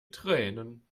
tränen